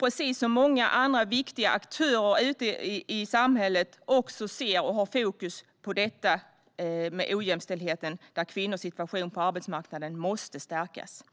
Precis som många andra viktiga aktörer ute i samhället har regeringen fokus på ojämställdheten, där kvinnors situation på arbetsmarknaden måste stärkas.